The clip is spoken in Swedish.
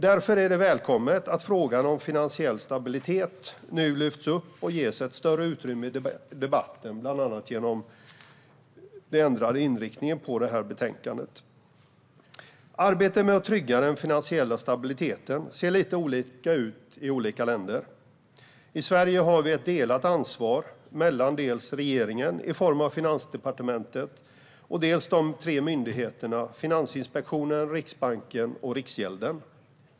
Därför är det välkommet att frågan om finansiell stabilitet nu lyfts upp och ges större utrymme i debatten, bland annat genom den ändrade inriktningen i betänkandet. Arbetet med att trygga den finansiella stabiliteten ser lite olika ut i olika länder. I Sverige har vi ett delat ansvar mellan regeringen, i form av Finansdepartementet, och de tre myndigheterna Finansinspektionen, Riksbanken och Riksgälden.